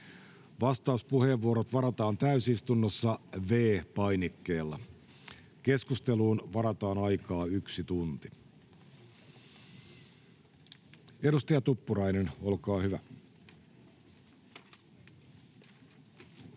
Vastauspuheenvuorot varataan täysistunnossa V-painikkeella. Keskusteluun varataan aikaa yksi tunti. — Edustaja Tuppurainen, olkaa hyvä.